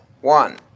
One